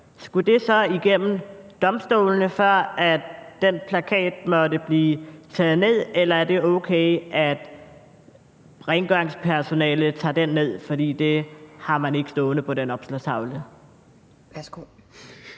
skulle det så igennem domstolene, før den plakat måtte blive taget ned, eller ville det være okay, at rengøringspersonalet tog den ned, for sådan noget har man ikke stående på den opslagstavle?